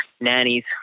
nannies